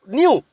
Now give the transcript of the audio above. new